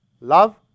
Love